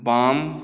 बाम